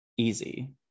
easy